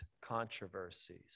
controversies